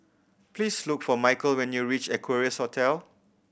please look for Michael when you reach Equarius Hotel